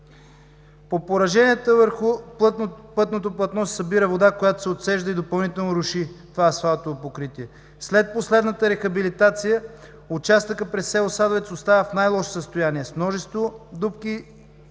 По пораженията върху пътното платно се събира вода, която се отцежда и допълнително руши това асфалтово покритие. След последната рехабилитация, участъкът през село Садовец остава в най-лошо състояние, с множество дупки